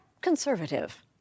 conservative